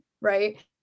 right